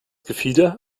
gefieder